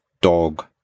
dog